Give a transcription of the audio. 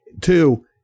Two